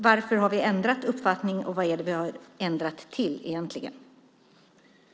Varför har vi ändrat uppfattning, och vad är det som vi egentligen har ändrat till?